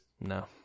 No